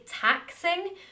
taxing